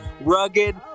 rugged